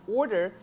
order